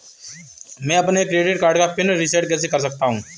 मैं अपने credit card का पिन रिसेट कैसे कर सकता हूँ?